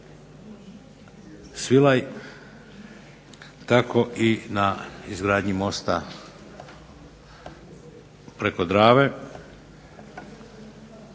Svilaj tako i na izgradnji mosta preko Drave